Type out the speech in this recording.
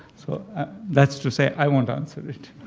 so that's to say, i won't answer it.